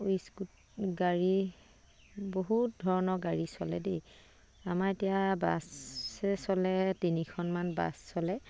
ইস্কু গাড়ী বহুত ধৰণৰ গাড়ী চলে দেই আমাৰ এতিয়া বাছে চলে তিনিখনমান বাছ চলে